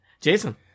jason